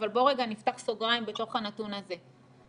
אבל בוא רגע נפתח סוגריים בתוך הנתון הזה.